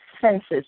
senses